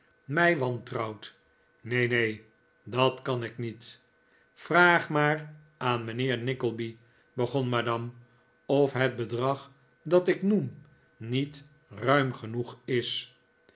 mij wantrouwt neen neen dat kan ik niet vraag maar aan mijnheer nickleby begon madame of het bedrag dat ik noemde niet ruhn genoeg is